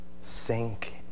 sink